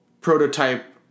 prototype